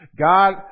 God